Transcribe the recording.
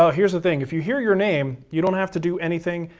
ah here's the thing. if you hear your name you don't have to do anything.